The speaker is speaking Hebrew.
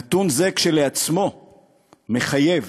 נתון זה כשלעצמו מחייב